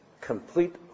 Complete